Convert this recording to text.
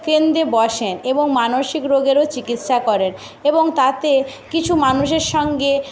কেন্দ্রে বসেন এবং মানসিক রোগেরও চিকিৎসা করেন এবং তাতে কিছু মানুষের সঙ্গে